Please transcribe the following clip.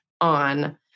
on